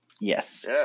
Yes